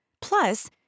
Plus